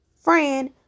friend